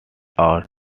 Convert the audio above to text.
out